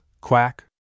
Quack